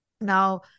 now